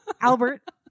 Albert